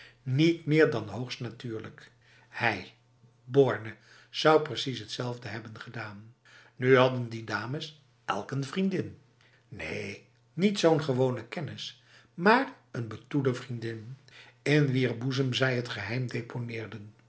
niet meer dan hoogst natuurlijk hij borne zou precies hetzelfde hebben gedaan nu hadden die dames elk een vriendin neen niet zo'n gewone kennis maar een betoele vriendin in wier boezem zij het geheim